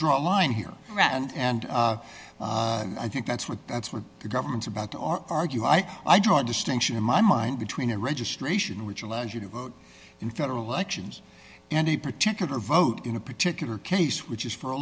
draw a line here right i think that's what that's what the government's about to argue and i draw a distinction in my mind between a registration which allows you to vote in federal elections and a particular vote in a particular case which is for a